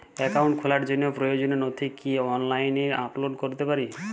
Account খোলার জন্য প্রয়োজনীয় নথি কি আমি অনলাইনে আপলোড করতে পারি?